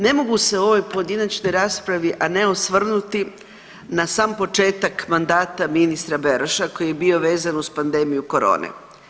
Ne mogu se u ovoj pojedinačnoj raspravi a ne osvrnuti na sam početak mandata ministra Beroša koji je bio vezan uz pandemiju corone.